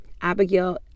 Abigail